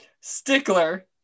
Stickler